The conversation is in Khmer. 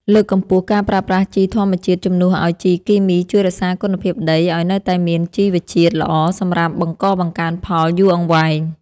លើកកម្ពស់ការប្រើប្រាស់ជីធម្មជាតិជំនួសឱ្យជីគីមីជួយរក្សាគុណភាពដីឱ្យនៅតែមានជីវជាតិល្អសម្រាប់បង្កបង្កើនផលយូរអង្វែង។